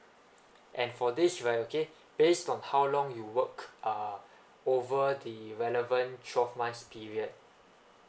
and for this right okay based on how long you work uh over the relevant twelve months period